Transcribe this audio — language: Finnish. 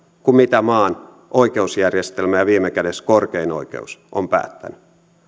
kuin mitä maan oikeusjärjestelmä ja viime kädessä korkein oikeus on päättänyt